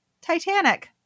Titanic